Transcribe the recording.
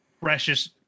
precious